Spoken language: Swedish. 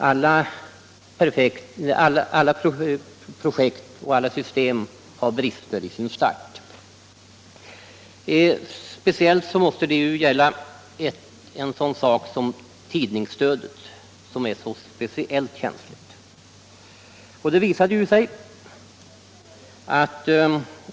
Alla projekt och alla system har brister vid starten. Speciellt måste detta gälla en sådan sak som tidningsstödet, som är så känsligt.